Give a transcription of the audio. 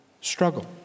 struggle